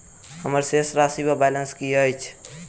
हम्मर शेष राशि वा बैलेंस की अछि?